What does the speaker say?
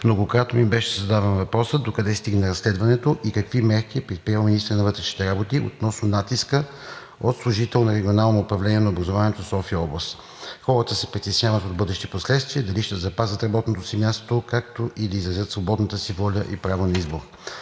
многократно ми беше задаван въпросът: докъде стигна разследването и какви мерки е предприел министърът на образованието относно натиска от служител на Регионалното управление на образованието София-област? Хората се притесняват от бъдещи последствия – дали ще запазят работното си място, както и да изразят свободната си воля и право на избор.